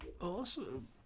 Awesome